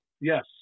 Yes